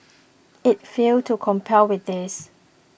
it failed to comply with this